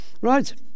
Right